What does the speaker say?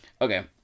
Okay